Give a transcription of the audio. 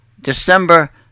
December